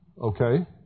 okay